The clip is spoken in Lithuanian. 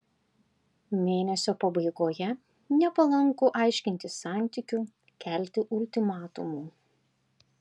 mėnesio pabaigoje nepalanku aiškintis santykių kelti ultimatumų